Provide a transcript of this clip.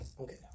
Okay